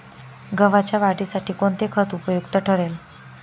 गव्हाच्या वाढीसाठी कोणते खत उपयुक्त ठरेल?